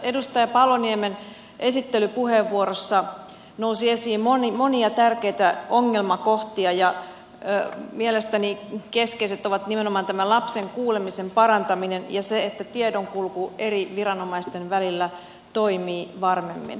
edustaja paloniemen esittelypuheenvuorossa nousi esiin monia tärkeitä ongelmakohtia ja mielestäni keskeiset ovat nimenomaan tämä lapsen kuulemisen parantaminen ja se että tiedonkulku eri viranomaisten välillä toimii varmemmin